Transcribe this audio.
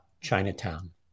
Chinatown